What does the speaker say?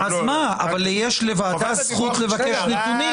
אז מה; יש לוועדה יש זכות לבקש נתונים.